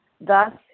Thus